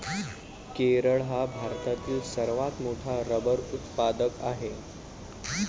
केरळ हा भारतातील सर्वात मोठा रबर उत्पादक आहे